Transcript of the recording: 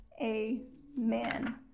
amen